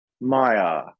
Maya